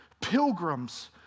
pilgrims